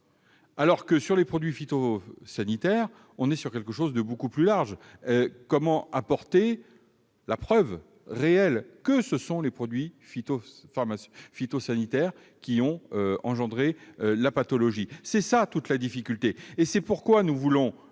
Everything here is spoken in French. alors que, avec les produits phytosanitaires, le spectre est beaucoup plus large : comment apporter la preuve réelle que ce sont les produits phytosanitaires qui ont engendré la pathologie ? Voilà où est toute la difficulté. C'est pourquoi nous voulons